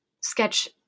sketch